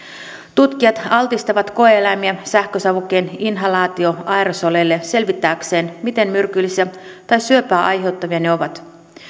tutkijat altistavat koe eläimiä sähkösavukkeen inhalaatioaerosoleille selvittääkseen miten myrkyllisiä tai syöpää aiheuttavia ne ovat